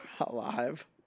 alive